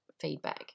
feedback